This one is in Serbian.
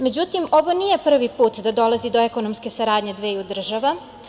Međutim, ovo nije prvi put da dolazi do ekonomske saradnje dveju država.